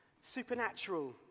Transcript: supernatural